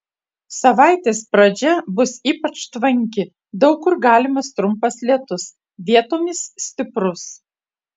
savaitės pradžia bus ypač tvanki daug kur galimas trumpas lietus vietomis stiprus